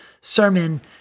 sermon